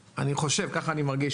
ככה אני מרגיש,